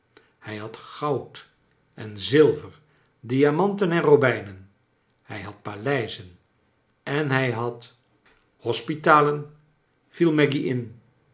hij had goud en zilver diamanten en robijnen hij had paleizen en hij had hospitalen viel maggy in